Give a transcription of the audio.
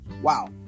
Wow